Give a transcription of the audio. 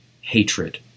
hatred